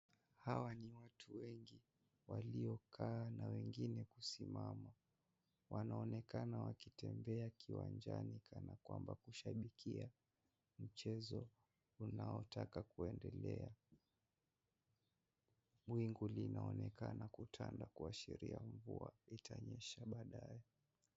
Hawa ni watu wengi waliokaa na wengine kusimama. Wanaonekana wakitembea kiwanjani kana kwamba, kushabikia mchezo unaotaka kuendelea. Wingu linaonekana kutanda, kuashiria kuwa, itanyesha baadae.